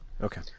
Okay